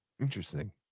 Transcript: Interesting